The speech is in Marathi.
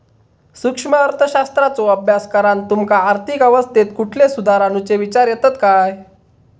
सूक्ष्म अर्थशास्त्राचो अभ्यास करान तुमका आर्थिक अवस्थेत कुठले सुधार आणुचे विचार येतत काय?